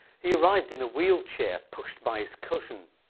he arrived in a wheelchair pushed by his cousin.